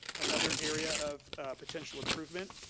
another area of potential improvement,